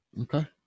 Okay